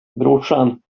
brorsan